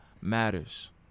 matters